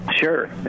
sure